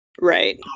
Right